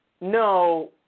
no